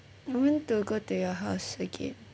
I want to go to your house again